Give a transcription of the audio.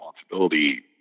responsibility